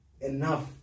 enough